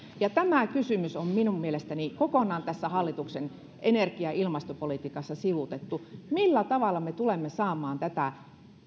tämä kysymys on minun mielestäni kokonaan tässä hallituksen energia ja ilmastopolitiikassa sivuutettu millä tavalla me tulemme saamaan tätä